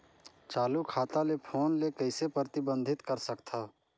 चालू खाता ले फोन ले कइसे प्रतिबंधित कर सकथव?